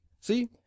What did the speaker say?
See